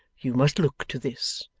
you must look to this,